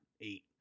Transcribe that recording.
Eight